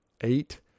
Eight